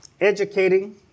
educating